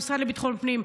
המשרד לביטחון פנים,